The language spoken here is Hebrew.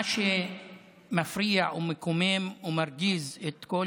מה שמפריע ומקומם ומרגיז את כל